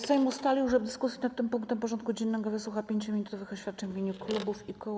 Sejm ustalił, że w dyskusji nad tym punktem porządku dziennego wysłucha 5-minutowych oświadczeń w imieniu klubów i koła.